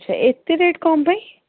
ଆଚ୍ଛା ଏତେ ରେଟ୍ କ'ଣ ପାଇଁ